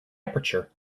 aperture